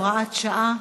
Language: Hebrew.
הוראת שעה)